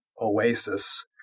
oasis